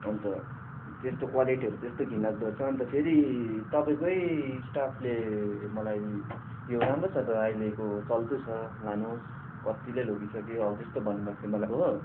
अन्त त्यस्तो क्वालिटीहरू त्यस्तो घिन लाग्दो छ अन्त फेरि तपाईँकै स्टाफले मलाई यो राम्रो छ त अहिलेको चल्दो छ लानु होस् कतिले लगिसक्यो हौ त्यस्तो भन्नु भएको थियो मलाई हो